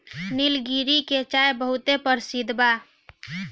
निलगिरी के चाय बहुते परसिद्ध बा